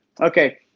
Okay